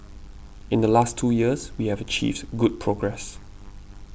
in the last two years we have achieved good progress